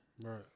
Right